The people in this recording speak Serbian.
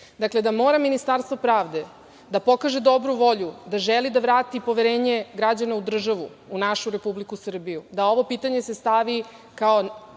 suština. Dakle, Ministarstvo pravde mora da pokaže dobru volju da želi da vrati poverenje građana u državu, u našu Republiku Srbiju, da ovo pitanje se stavi kao